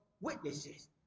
witnesses